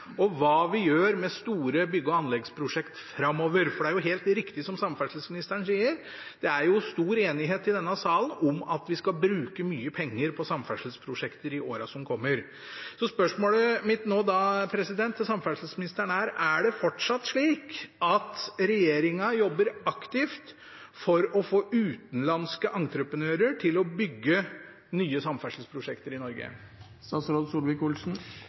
og hva vi gjør med store bygge- og anleggsprosjekter framover, for det er jo helt riktig som samferdselsministeren sier: Det er stor enighet i denne salen om at vi skal bruke mye penger på samferdselsprosjekter i årene som kommer. Spørsmålet mitt til samferdselsministeren er: Jobber regjeringen fortsatt aktivt for å få utenlandske entreprenører til å bygge nye samferdselsprosjekter i Norge?